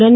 लं